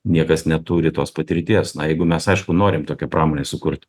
niekas neturi tos patirties na jeigu mes aišku norim tokią pramonę sukurt